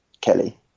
kelly